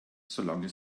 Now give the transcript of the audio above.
solange